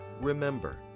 Remember